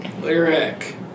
Lyric